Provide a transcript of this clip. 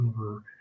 over